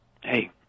Hey